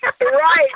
Right